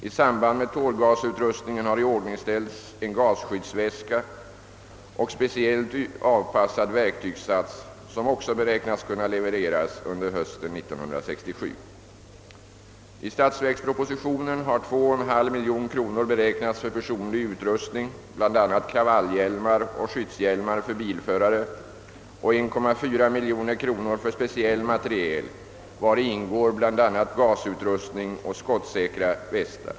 I samband med tårgasutrustningen har iordningställts en gasskyddsväska och en speciellt avpassad verktygssats som också beräknas kunna levereras under hösten 1967. I statsverkspropositionen har 2,5 miljoner kronor beräknats för personlig utrustning, bl.a. kravallhjälmar och skyddshjälmar för bilförare, och 1,4 miljoner kronor för speciell materiel, vari ingår bl.a. gasutrustning och skottsäkra västar.